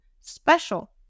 special